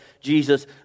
Jesus